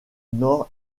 nord